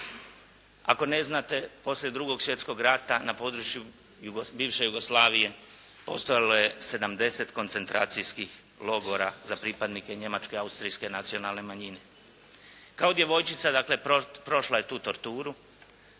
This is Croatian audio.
Ako ne znate, poslije drugog svjetskog rata na području bivše Jugoslavije postojalo je 70 koncentracijskih logora za pripadnike njemačke, austrijske nacionalne manjine. Kao djevojčica dakle prošla je tu torturu